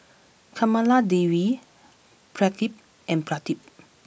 Kamaladevi Pradip and Pradip